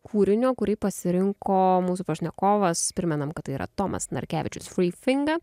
kūrinio kurį pasirinko mūsų pašnekovas primenam kad tai yra tomas narkevičius frifinga